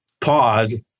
pause